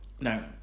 No